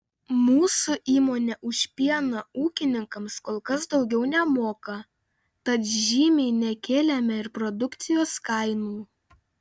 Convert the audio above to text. mūsų įmonė už pieną ūkininkams kol kas daugiau nemoka tad žymiai nekėlėme ir produkcijos kainų